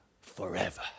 forever